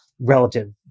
relative